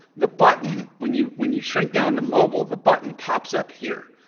the button, when you, when you shrink down to mobile, the button pops up here.